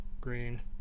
green